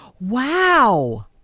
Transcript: Wow